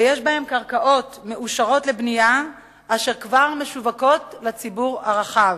ויש בהם קרקעות מאושרות לבנייה אשר כבר משווקות לציבור הרחב.